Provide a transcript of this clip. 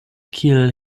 kiel